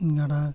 ᱜᱟᱰᱟ